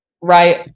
right